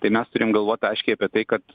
tai mes turim galvot aiškiai apie tai kad